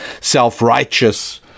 self-righteous